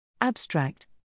Abstract